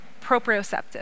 Proprioceptive